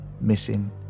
Missing